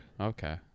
Okay